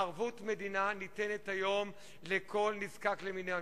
ערבות מדינה ניתנת היום לכל נזקק למימון.